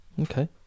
Okay